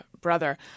brother